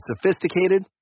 sophisticated